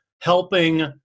helping